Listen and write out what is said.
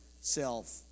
Self